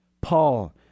Paul